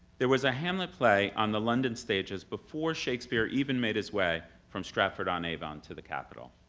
there was a hamlet play on the london stages before shakespeare even made his way from stratford-on-avon to the capital.